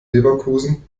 leverkusen